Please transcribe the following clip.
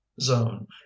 zone